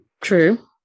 True